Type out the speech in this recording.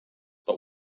but